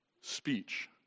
speech